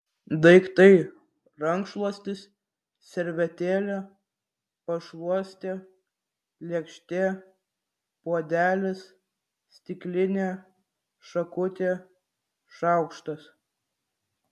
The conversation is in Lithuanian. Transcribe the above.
daiktai rankšluostis servetėlė pašluostė lėkštė puodelis stiklinė šakutė šaukštas